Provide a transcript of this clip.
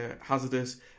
hazardous